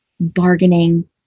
bargaining